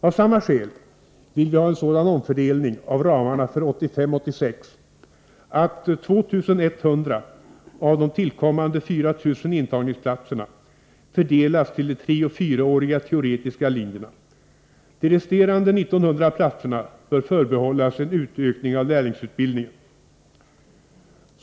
Av samma skäl vill vi ha en sådan omfördelning av ramarna för budgetåret 1985/86 att 2 100 av de tillkommande 4 000 intagningsplatserna fördelas till de treoch fyraåriga teoretiska linjerna. De resterande 1900 platserna bör förbehållas en utökning av lärlingsutbildningen.